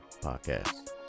podcast